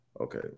okay